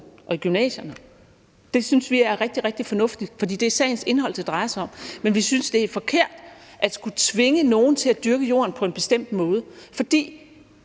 og i gymnasierne, og det synes vi er rigtig, rigtig fornuftigt, for det er sagens indhold, det drejer sig om. Men vi synes, det er forkert at skulle tvinge nogle til at dyrke jorden på en bestemt måde, for